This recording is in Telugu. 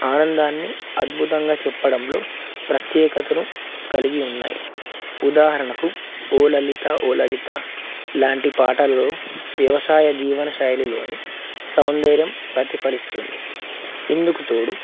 ఆనందాన్ని అద్భుతంగా చెప్పడంలో ప్రత్యేకతను కలిగి ఉన్నాయి ఉదాహరణకు ఓలలిత ఓలలిత లాంటి పాటలలో వ్యవసాయ జీవన శైలిలోని సౌందర్యం ప్రతిఫరిస్తుంది ఇందుకు తోడు